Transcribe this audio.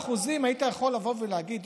34% יכולת להגיד,